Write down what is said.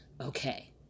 okay